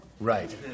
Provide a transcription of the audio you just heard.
right